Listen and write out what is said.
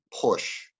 push